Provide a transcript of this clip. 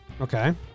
Okay